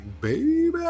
baby